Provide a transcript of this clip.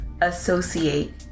associate